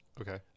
Okay